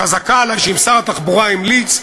חזקה עלי שאם שר התחבורה המליץ,